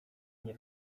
nie